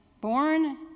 born